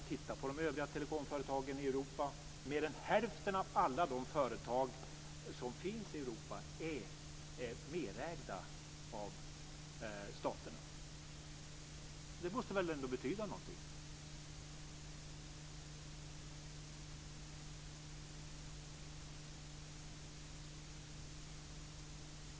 Titta på de övriga telekomföretagen i Europa. Mer än hälften av alla de företag som finns i Europa är merägda av staterna. Det måste väl ändå betyda någonting?